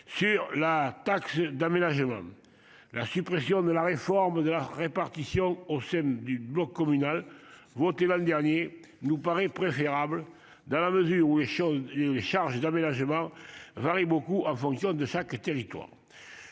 la taxe d'aménagement, la suppression de la réforme de la répartition au sein du bloc communal, votée l'an dernier, nous paraît préférable, dans la mesure où les charges d'aménagement varient fortement en fonction de chaque territoire.